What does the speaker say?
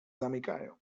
zamykają